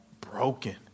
broken